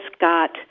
got